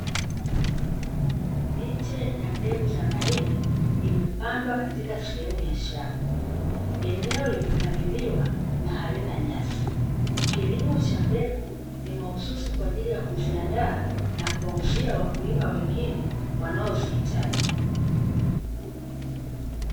Miche ya mbegu za mahindi imepandwa katika sehemu ya shamba, eneo limepaliliwa na halina nyasi, kilimo cha mbegu ni mahususi kwa ajili ya kuziandaa na kuwauzia wakulima wengine wanaozihitaji.